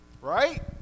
right